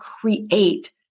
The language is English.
create